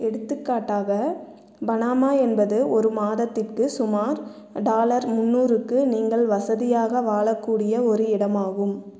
எடுத்துக்காட்டாக பனாமா என்பது ஒரு மாதத்திற்கு சுமார் டாலர் முந்நூறுக்கு நீங்கள் வசதியாக வாழக்கூடிய ஒரு இடமாகும்